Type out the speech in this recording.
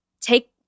take